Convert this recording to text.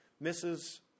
misses